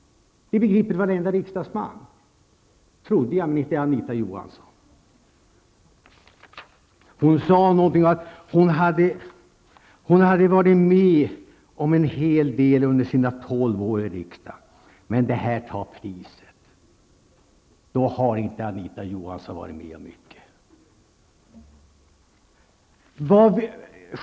Det begriper väl varenda riksdagsman. Jag trodde det. Men tydligen gör inte Anita Johansson sade att hon hade varit med om en hel del under sina 12 år i riksdagen. Men det här tar priset. Då har inte Anita Johansson varit med om mycket.